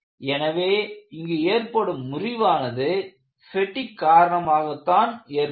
எனவே இங்கு ஏற்படும் முறிவானது பெடிக் காரணமாகத்தான் ஏற்படும்